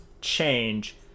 change